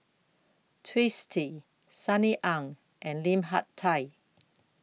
Twisstii Sunny Ang and Lim Hak Tai